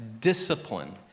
discipline